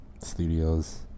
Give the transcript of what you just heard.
Studios